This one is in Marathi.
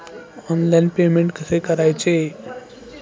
ऑनलाइन पेमेंट कसे करायचे?